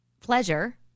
Pleasure